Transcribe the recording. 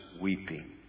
weeping